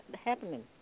happening